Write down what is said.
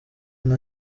nka